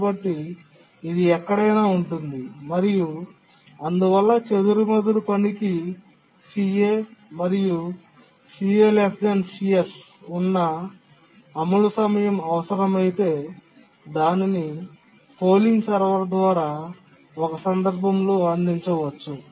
కాబట్టి ఇది ఎక్కడైనా ఉంటుంది మరియు అందువల్ల చెదురుమదురు పనికి ca మరియు ca cs ఉన్న అమలు సమయం అవసరమైతే దానిని పోలింగ్ సర్వర్ ద్వారా ఒక సందర్భంలో అందించవచ్చు